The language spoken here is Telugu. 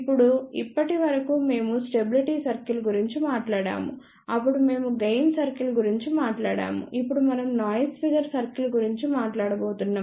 ఇప్పుడు ఇప్పటి వరకు మేము స్టెబిలిటీ సర్కిల్ గురించి మాట్లాడాము అప్పుడు మేము గెయిన్ సర్కిల్ గురించి మాట్లాడాము ఇప్పుడు మనం నాయిస్ ఫిగర్ సర్కిల్ గురించి మాట్లాడబోతున్నాం